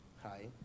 Hi